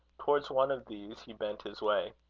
towards one of these he bent his way.